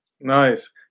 Nice